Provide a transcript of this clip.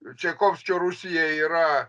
čaikovskio rusija yra